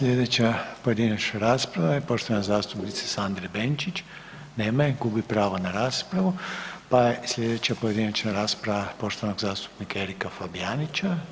Slijedeća pojedinačna rasprava je poštovane zastupnice Sandre Benčić, nema je, gubi pravo na raspravu, pa je slijedeća pojedinačna rasprava poštovanog zastupnika Erika Fabijanića.